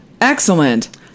excellent